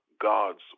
God's